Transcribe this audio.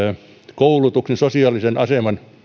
koulutuksen sosiaalisen aseman